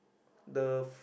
the